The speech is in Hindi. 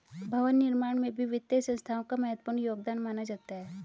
भवन निर्माण में भी वित्तीय संस्थाओं का महत्वपूर्ण योगदान माना जाता है